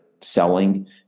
selling